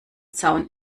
zaun